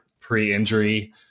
pre-injury